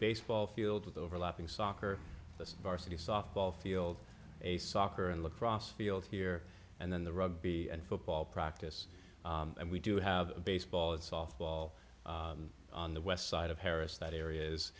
baseball field with overlapping soccer the varsity softball field a soccer and lacrosse field here and then the rugby and football practice and we do have baseball and softball on the west side of harris that area is